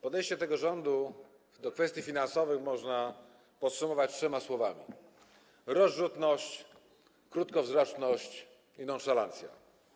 Podejście tego rządu do kwestii finansowych można podsumować trzema słowami: rozrzutność, krótkowzroczność i nonszalancja.